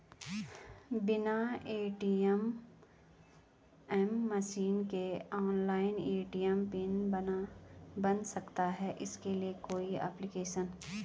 बिना ATM machine के online ATM pin बन सकता है इसके लिए कोई ऐप्लिकेशन है?